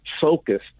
focused